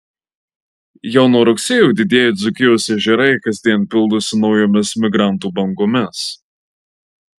jau nuo rugsėjo didieji dzūkijos ežerai kasdien pildosi naujomis migrantų bangomis